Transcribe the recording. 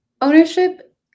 Ownership